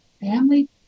Family